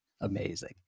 amazing